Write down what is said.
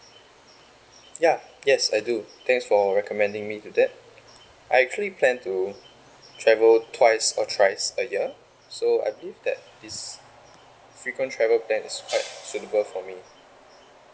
ya yes I do thanks for recommending me to that I actually plan to travel twice or thrice a year so I think that this frequent travel plan is quite suitable for me